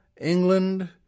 England